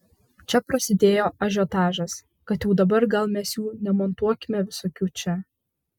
čia prasidėjo ažiotažas kad jau dabar gal mes jų nemontuokime visokių čia